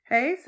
Hey